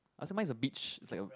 I say mine is a beach like a